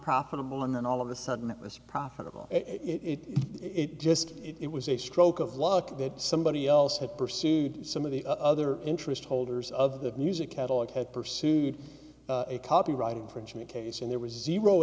profitable and then all of a sudden it was profitable it it just it was a stroke of luck that somebody else had pursued some of the other interest holders of the music catalog had pursued a copyright infringement case and there was zero